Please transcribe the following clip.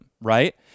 right